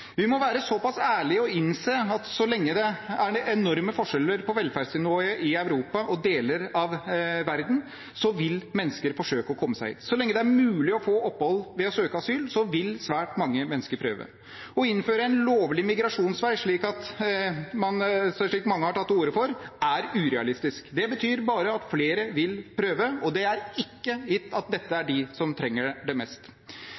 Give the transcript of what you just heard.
Vi må være så pass ærlige og innse at så lenge det er enorme forskjeller på velferdsnivået i Europa og deler av verden, vil mennesker forsøke å komme seg hit. Så lenge det er mulig å få opphold ved å søke asyl, vil svært mange mennesker prøve. Å innføre en lovlig migrasjonsvei, slik mange har tatt til orde for, er urealistisk. Det betyr bare at flere vil prøve, og det er ikke gitt at dette er de som trenger det mest.